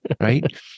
Right